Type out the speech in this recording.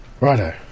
Righto